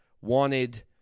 wanted